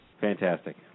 Fantastic